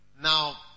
Now